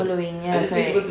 following ya correct